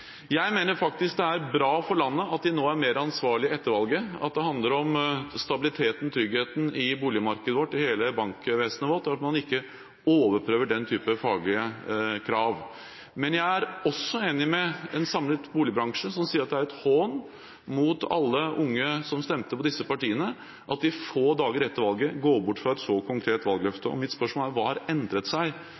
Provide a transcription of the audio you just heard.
Jeg mener faktisk det er bra for landet at de er mer ansvarlige nå etter valget. Det handler om stabiliteten, tryggheten, i boligmarkedet og i hele bankvesenet vårt, og om at man ikke overprøver den type faglige krav. Men jeg er også enig med en samlet boligbransje som sier at det er et hån mot alle unge som stemte på disse partiene, at de få dager etter valget går bort fra et så konkret valgløfte. Mitt spørsmål er: Hva har endret seg